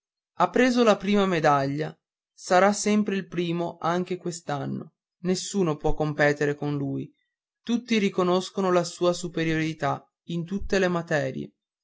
ha preso la prima medaglia sarà sempre il primo anche quest'anno nessuno può competer con lui tutti riconoscono la sua superiorità in tutte le materie